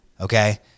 okay